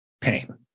pain